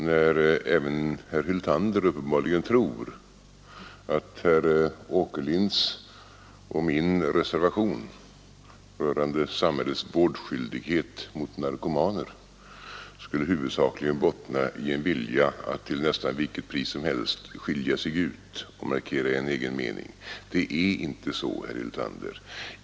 Det är när uppenbarligen även herr Hyltander tror att herr Åkerlinds och min reservation rörande samhällets vårdskyldighet mot narkomaner huvudsakligen skulle bottna i en vilja att till nästan vilket pris som helst skilja sig ut och markera en egen mening. Det är inte så, herr Hyltander.